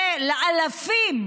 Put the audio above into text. וחבל, והלב נשבר על מאות אלפי,